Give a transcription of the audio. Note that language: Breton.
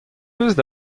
hocʼh